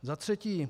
Za třetí.